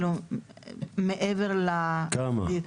מעבר למקום --- כמה?